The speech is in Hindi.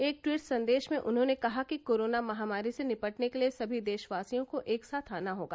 एक ट्वीट संदेश में उन्होंने कहा कि कोरोना महामारी से निपटने के लिए सभी देशवासियों को एक साथ आना होगा